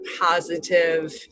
positive